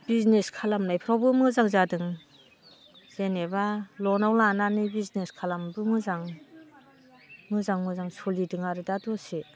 business खालामनायफ्रावबो मोजां जादों जेनेबा ल'नाव लानानै बिजनेस खालामनोबो मोजां मोजां मोजां सोलिदों आरो दा दसे